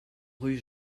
rue